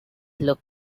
look